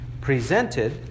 presented